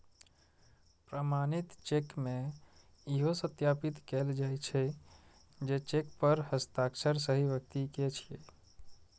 प्रमाणित चेक मे इहो सत्यापित कैल जाइ छै, जे चेक पर हस्ताक्षर सही व्यक्ति के छियै